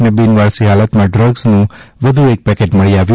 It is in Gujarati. ને બિનવારસી હાલતમાં ડ્રગ્સનું વધુ એક પેકેટ મળી આવ્યું